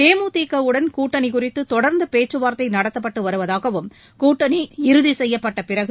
தேமுதிகவுடன் கூட்டணி குறித்து தொடர்ந்து பேச்சு வார்த்தை நடத்தப்பட்டு வருவதாகவும் கூட்டணி இறுதி செய்யப்பட்ட பிறகு